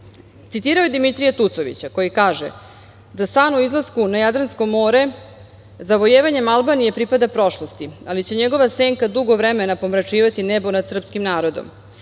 citirao je Dimitrija Tucovića, koji kaže da: „San o izlasku na Jadransko more za vojevanjem Albanije pripada prošlosti, ali će njegova senka dugo vremena pomračivati nebo nad srpskim narodom.